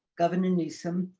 governor newsom,